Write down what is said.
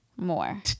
more